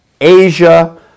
Asia